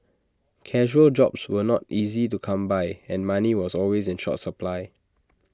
casual jobs were not easy to come by and money was always in short supply